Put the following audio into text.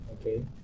Okay